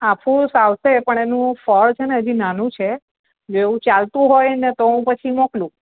હાફૂસ આવશે પણ એનું ફળ છે ને હજી નાનું છે જો એવું ચાલતું હોય ને તો હું પછી મોકલું